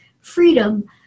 freedom